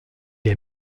est